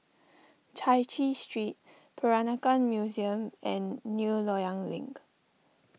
Chai Chee Street Peranakan Museum and New Loyang Link